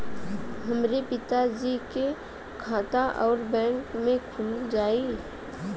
हमरे पिता जी के खाता राउर बैंक में खुल जाई?